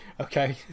okay